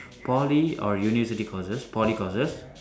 Poly or university courses Poly courses